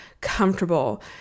comfortable